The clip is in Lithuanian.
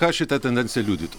ką šita tendencija liudytų